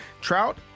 Trout